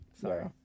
Sorry